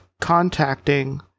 contacting